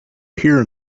hear